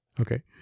Okay